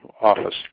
office